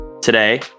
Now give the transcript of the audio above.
Today